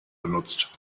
benutzt